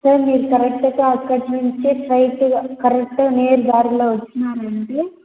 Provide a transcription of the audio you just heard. sir మీరు కరెక్ట్గా అక్కడ నుంచి స్ట్రెయిట్గా కరెక్ట్గా నేరుదారిలో వచ్చినారంటే